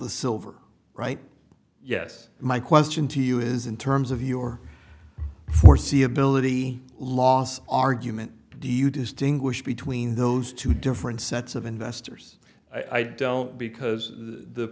the silver right yes my question to you is in terms of your foreseeability loss argument do you distinguish between those two different sets of investors i don't because the